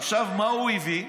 עכשיו, מה הוא הביא?